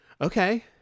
Okay